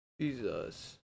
Jesus